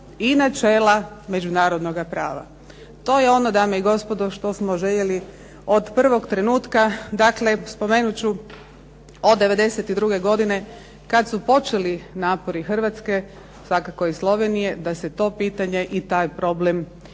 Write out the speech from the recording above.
i načela međunarodnoga prava. To je ono dame i gospodo što smo željeli od prvog trenutka. Dakle, spomenut ću od '92. godine kada su počeli napori Hrvatske, svakako i Slovenije da se to pitanje i taj problem razriješi.